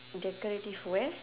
decorative where